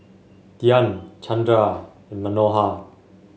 Dhyan Chandra and Manohar